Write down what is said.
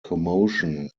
commotion